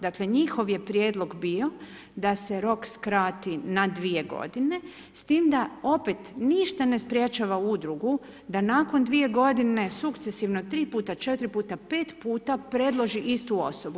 Dakle njihov je prijedlog bio da se rok skrati na 2 godine s tim da opet ništa ne sprječava udrugu da nakon 2 godine sukcesivno 3 puta, 4 puta, 5 puta predloži istu osobu.